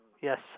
Yes